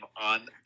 on